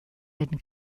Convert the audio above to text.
and